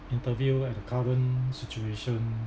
interview at the current situation